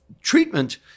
treatment